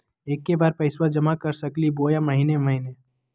एके बार पैस्बा जमा कर सकली बोया महीने महीने?